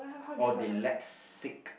orh dyslexic